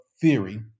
theory